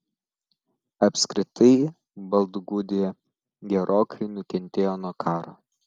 apskritai baltgudija gerokai nukentėjo nuo karo